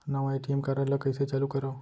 नवा ATM card ल कइसे चालू करव?